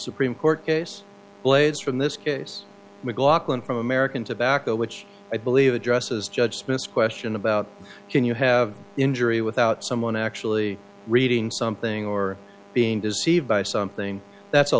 supreme court case blades from this case mclaughlin from american tobacco which i believe addresses judge smith's question about can you have injury without someone actually reading something or being deceived by something that's a